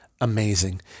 amazing